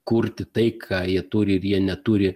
kurti tai ką jie turi ir jie neturi